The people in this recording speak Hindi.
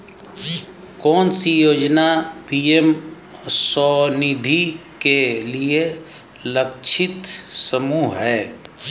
कौन सी योजना पी.एम स्वानिधि के लिए लक्षित समूह है?